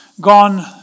gone